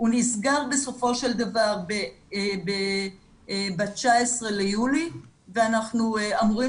הוא נסגר בסופו של דבר ב-19 ביולי ואנחנו אמורים